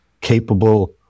capable